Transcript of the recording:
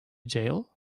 jail